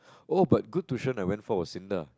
oh but good tuition I went for was in the